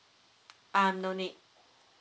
uh no need